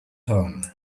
home